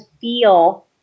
feel